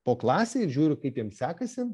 po klasę ir žiūriu kaip jiem sekasi